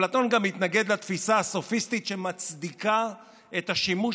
אפלטון גם התנגד לתפיסה הסופיסטית שמצדיקה את השימוש